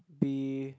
be